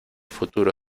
futuro